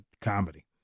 comedy